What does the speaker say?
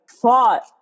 fought